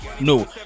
No